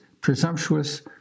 presumptuous